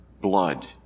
blood